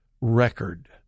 record